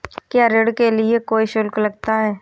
क्या ऋण के लिए कोई शुल्क लगता है?